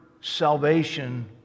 salvation